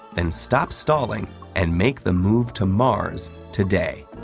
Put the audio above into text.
then stop stalling and make the move to mars today.